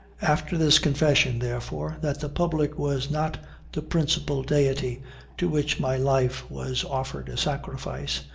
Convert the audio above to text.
after this confession therefore, that the public was not the principal deity to which my life was offered a sacrifice,